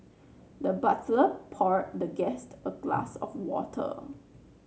the butler poured the guest a glass of water